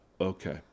Okay